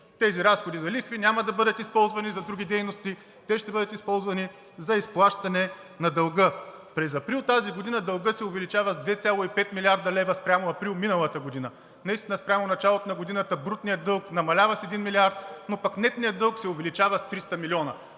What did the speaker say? Тези разходи за лихви няма да бъдат използвани за други дейности. Те ще бъдат използвани за изплащане на дълга. През април тази година дългът се увеличава с 2,5 млрд. лв. спрямо април миналата година. Наистина спрямо началото на годината брутният дълг намалява с 1 милиард, но пък нетният дълг се увеличава с 300 милиона.